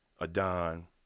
Adon